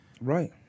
Right